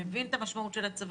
מבין את המשמעות של הצבא,